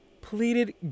pleaded